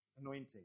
anointing